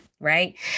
Right